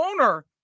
owner